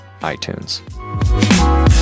iTunes